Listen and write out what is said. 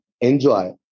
enjoy